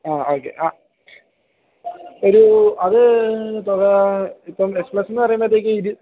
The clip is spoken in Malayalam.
ആ ഓക്കെ ആ ഒരു അത് ഇപ്പം ഇപ്പം എക്സ് പ്ലസെന്ന് പറയുമ്പത്തേക്ക് ഇരു